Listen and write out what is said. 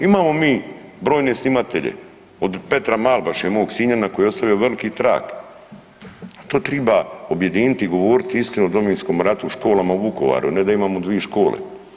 Imamo mi brojne snimatelje, od Petra Malbaše i mog Sinjana koji je ostavio veliki trag, to triba objediniti i govoriti istinu o Domovinskom radu školama u Vukovaru, ne da imamo dvi škole.